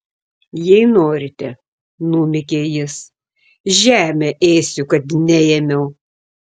jei norite numykė jis žemę ėsiu kad neėmiau